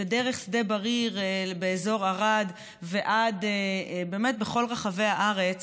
דרך שדה בריר באזור ערד ועד, באמת בכל רחבי הארץ.